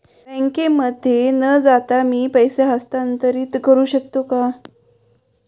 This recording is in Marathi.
बँकेमध्ये न जाता मी पैसे हस्तांतरित करू शकतो का?